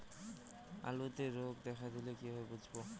আলুতে রোগ দেখা দিলে কিভাবে বুঝবো?